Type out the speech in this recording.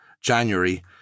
January